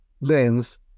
lens